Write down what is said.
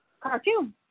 cartoon